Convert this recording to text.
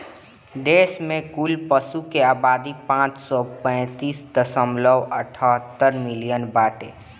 देश में कुल पशु के आबादी पाँच सौ पैंतीस दशमलव अठहत्तर मिलियन बाटे